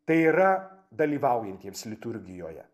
tai yra dalyvaujantiems liturgijoje